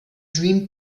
dream